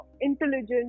intelligent